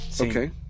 Okay